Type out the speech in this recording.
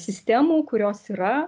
sistemų kurios yra